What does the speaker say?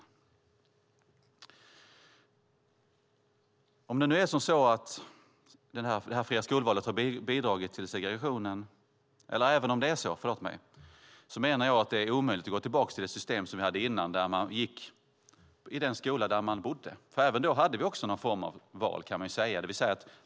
Även om det är så att det fria skolvalet har bidragit till segregationen menar jag att det är omöjligt att gå tillbaka till det system som vi hade innan, då man gick i den skola där man bodde. Även då hade vi någon form av val, kan man säga.